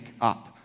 up